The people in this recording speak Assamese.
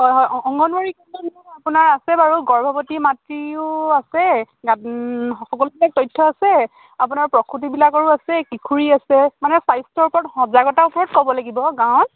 হয় হয় অংগনবাদী কেন্দ্ৰ আপোনাৰ আছে বাৰু গৰ্ভৱতী মাতৃও আছে ইয়াত সকলোবিলাক তথ্য আছে আপোনাৰ প্ৰসূতিবিলাকৰো আছে কিশোৰী আছে মানে স্বাস্থ্যৰ ওপৰত সজাগতাৰ ওপৰত ক'ব লাগিব গাঁৱত